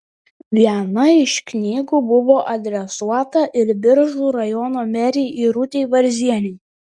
viena iš knygų buvo adresuota ir biržų rajono merei irutei varzienei